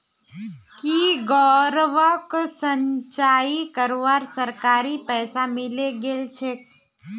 की गौरवक सिंचाई करवार सरकारी पैसा मिले गेल छेक